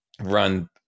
Run